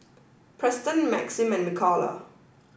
Preston Maxim and Mikala